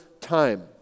time